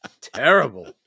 Terrible